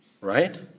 right